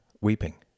weeping